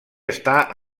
està